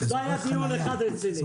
לא היה דיון רציני אחד,